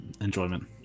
enjoyment